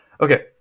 okay